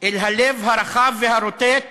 אל הלב הרחב והרוטט